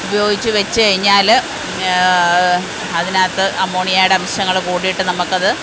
ഉപയോഗിച്ച് വച്ച് കഴിഞ്ഞാല് പിന്ന അതിനകത്ത് അമോണിയാടെ അംശങ്ങള് കൂടിയിട്ട് നമുക്ക് അത്